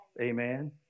Amen